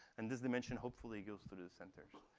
and this dimension, hopefully, goes through the center.